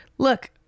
look